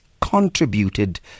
contributed